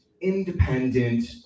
independent